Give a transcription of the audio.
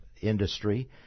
industry